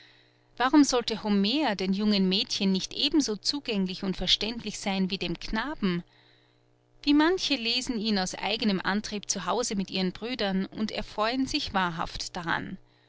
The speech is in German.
warum sollte homer den jungen mädchen nicht ebenso zugänglich und verständlich sein wie dem knaben wie manche lesen ihn aus eignem antrieb zu hause mit den brüdern und erfreuen sich wahrhaft daran